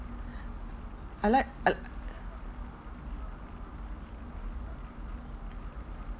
I like I